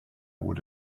would